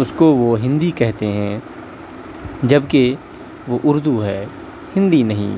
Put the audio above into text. اس کو وہ ہندی کہتے ہیں جب کہ وہ اردو ہے ہندی نہیں